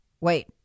Wait